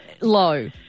low